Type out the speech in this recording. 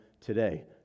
today